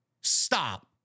Stop